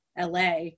LA